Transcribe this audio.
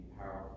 powerful